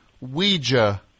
Ouija